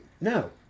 No